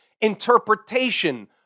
interpretation